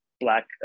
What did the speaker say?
black